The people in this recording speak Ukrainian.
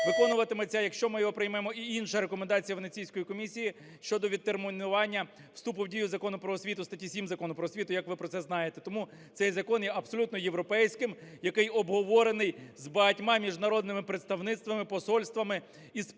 виконуватиметься, якщо ми його приймемо, і інша рекомендація Венеційської комісії: щодо відтермінування вступу в дію Закону "Про освіту", статті 7 Закону "Про освіту", як ви про це знаєте. Тому цей закон є абсолютно європейським, який обговорений з багатьма міжнародними представництвами, посольствами, і сприйнятий